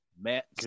Matt